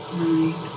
Right